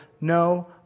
no